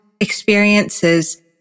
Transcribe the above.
experiences